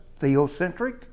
theocentric